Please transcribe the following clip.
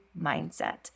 mindset